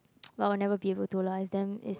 but I will never be able to lah it's damn is